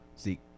Zeke